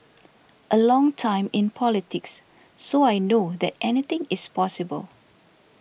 a long time in politics so I know that anything is possible